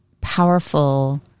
powerful